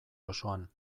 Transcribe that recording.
osoan